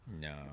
No